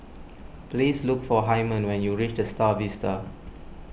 please look for Hymen when you reach the Star Vista